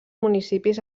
municipis